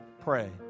pray